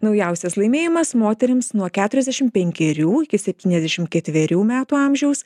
naujausias laimėjimas moterims nuo keturiasdešim penkerių iki septyniasdešim ketverių metų amžiaus